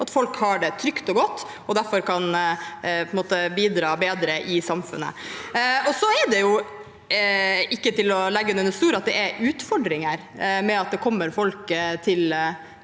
at folk har det trygt og godt, og derfor kan bidra bedre i samfunnet. Så er det ikke til å stikke under stol at det er utfordringer med at det kommer folk